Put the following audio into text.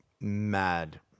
mad